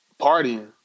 partying